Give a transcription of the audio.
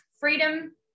freedom